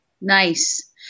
Nice